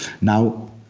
now